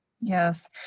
yes